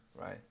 right